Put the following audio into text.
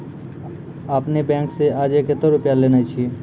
आपने ने बैंक से आजे कतो रुपिया लेने छियि?